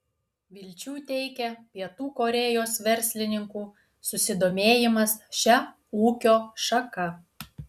vilčių teikia pietų korėjos verslininkų susidomėjimas šia ūkio šaka